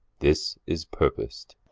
this is purpos'd